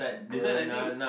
this one I think